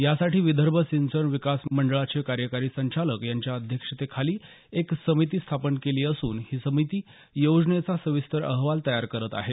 यासाठी विदर्भ सिंचन विकास मंडळाचे कार्यकारी संचालक यांच्या अध्यक्षतेखाली एक समिती स्थापन केली असून ही समिती योजनेचा सविस्तर अहवाल तयार करत आहे